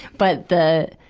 but the,